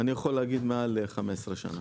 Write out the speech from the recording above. אני יכול להגיד שמעל 15 שנה.